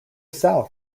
south